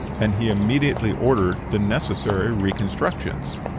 and he immediately ordered the necessary reconstructions.